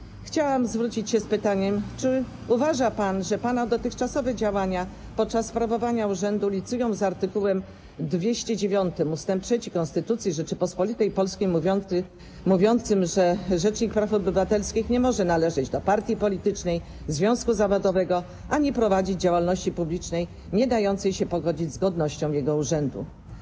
Reasumując, chciałabym zwrócić się z pytaniem: Czy uważa pan, że pana dotychczasowe działania podczas sprawowania urzędu licują z art. 209 ust. 3 Konstytucji Rzeczypospolitej Polskiej, który mówi o tym, że rzecznik praw obywatelskich nie może należeć do partii politycznej, związku zawodowego ani prowadzić działalności publicznej niedającej się pogodzić z godnością jego urzędu?